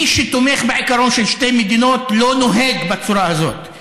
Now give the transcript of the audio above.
מי שתומך בעיקרון של שתי מדינות לא נוהג בצורה הזאת,